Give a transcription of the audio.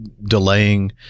delaying